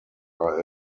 are